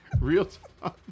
Real-time